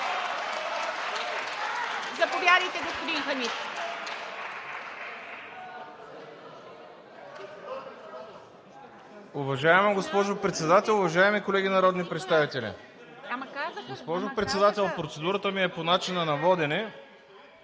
Заповядайте, господин Хамид. ХАМИД ХАМИД (ДПС): Уважаема госпожо Председател, уважаеми колеги народни представители! Госпожо Председател, процедурата ми е по начина на водене.